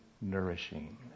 nourishing